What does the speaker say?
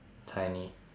tiny